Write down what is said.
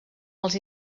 els